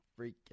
freaking